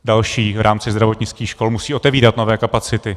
Další v rámci zdravotnických škol musí otevírat nové kapacity.